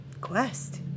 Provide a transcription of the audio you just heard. quest